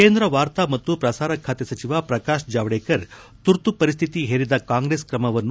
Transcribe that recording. ಕೇಂದ್ರ ವಾರ್ತಾ ಮತ್ತು ಪ್ರಸಾರ ಖಾತೆ ಸಚಿವ ಪ್ರಕಾಶ್ ಜಾವಡೇಕರ್ ತುರ್ತು ಪರಿಸ್ಥಿತಿ ಹೇರಿದ ಕಾಂಗ್ರೆಸ್ ಕ್ರಮವನ್ನು ಟೀಕಿಸಿದ್ದಾರೆ